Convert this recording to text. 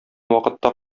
вакытта